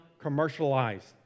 commercialized